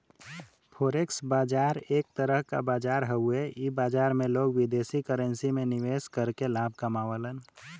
forex बाजार एक तरह क बाजार हउवे इ बाजार में लोग विदेशी करेंसी में निवेश करके लाभ कमावलन